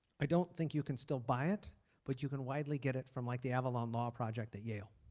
i don't think you can still buy it but you can widely get it from like the avalon law project at yale.